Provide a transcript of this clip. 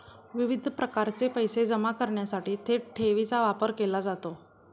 विविध प्रकारचे पैसे जमा करण्यासाठी थेट ठेवीचा वापर केला जातो